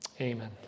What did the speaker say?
Amen